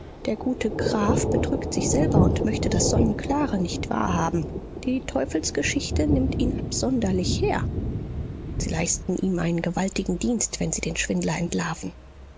der gute graf betrügt sich selber und möchte das sonnenklare nicht wahr haben die teufelsgeschichte nimmt ihn absonderlich her sie leisten ihm einen gewaltigen dienst wenn sie den schwindler entlarven